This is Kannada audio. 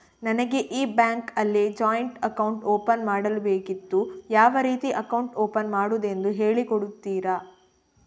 ನನಗೆ ಈ ಬ್ಯಾಂಕ್ ಅಲ್ಲಿ ಜಾಯಿಂಟ್ ಅಕೌಂಟ್ ಓಪನ್ ಮಾಡಲು ಬೇಕಿತ್ತು, ಯಾವ ರೀತಿ ಅಕೌಂಟ್ ಓಪನ್ ಮಾಡುದೆಂದು ಹೇಳಿ ಕೊಡುತ್ತೀರಾ?